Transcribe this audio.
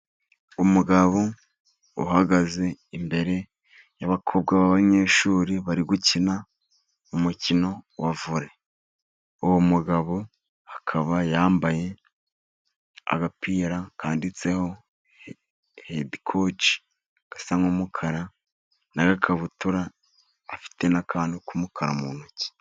Umugabo uhagaze imbere y'abakobwa b'abanyeshuri bari gukina umukino wa vore. Uwo mugabo akaba yambaye agapira kanditseho edikoci gasa nk'umukara, n'agakabutura. Afite n'akantu kumukara mu ntoki.